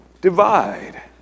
divide